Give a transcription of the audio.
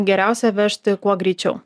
geriausia vežti kuo greičiau